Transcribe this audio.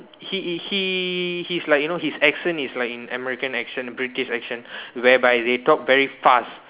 he is he he's like you know his accent is like American accent British accent whereby they talk very fast